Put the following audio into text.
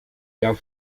jouw